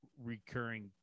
recurring